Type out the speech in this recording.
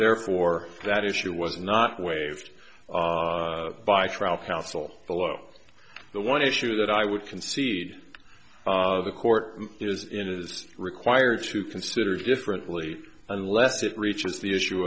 therefore that issue was not waived by trial counsel below the one issue that i would concede the court is in is required to consider differently unless it reaches the issue